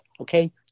Okay